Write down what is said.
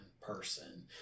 person